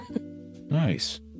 Nice